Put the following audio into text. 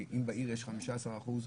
וצמצום הפערים בתחום התכנון והבנייה".